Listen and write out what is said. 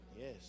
Yes